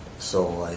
so